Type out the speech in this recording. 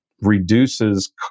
reduces